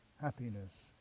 happiness